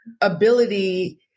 ability